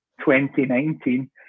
2019